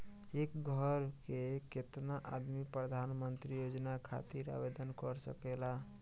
एक घर के केतना आदमी प्रधानमंत्री योजना खातिर आवेदन कर सकेला?